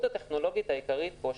המורכבות הטכנולוגית העיקרית פה,